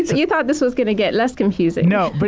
you thought this was going to get less confusing. no, but.